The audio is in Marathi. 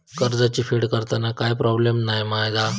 कर्जाची फेड करताना काय प्रोब्लेम नाय मा जा?